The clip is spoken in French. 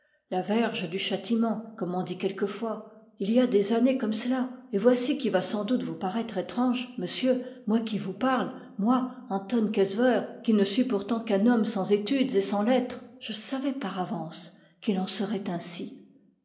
la verge du châti ment comme on dit quelquefois il y a des années comme cela et voici qui va sans doute vous paraître étrange mon sieur moi qui vous parle moi anton quesseveur qui ne suis pourtant qu'un homme sans études et sans lettres je savais par avance qu'il en serait ainsi